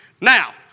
Now